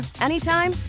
anytime